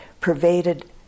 pervaded